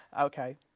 Okay